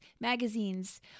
magazines